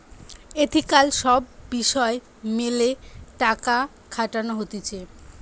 ethical সব বিষয় মেলে টাকা খাটানো হতিছে